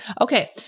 Okay